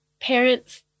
parents